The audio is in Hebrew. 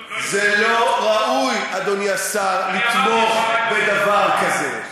לא ראוי, אדוני השר, לתמוך בדבר כזה.